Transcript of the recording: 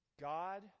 God